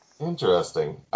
Interesting